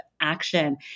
action